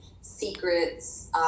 secrets